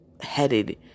headed